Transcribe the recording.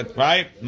right